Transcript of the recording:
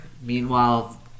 Meanwhile